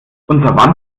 unser